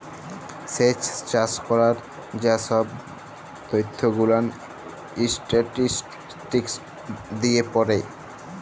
স্যেচ চাষ ক্যরার যা সহব ত্যথ গুলান ইসট্যাটিসটিকস দিয়ে পড়ে